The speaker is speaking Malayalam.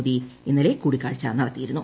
മോദി ഇന്നലെ കൂടിക്കാഴ്ച നടത്തിയിരുന്നു